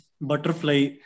Butterfly